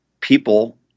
people